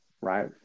right